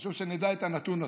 חשוב שנדע את הנתון הזה,